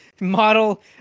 model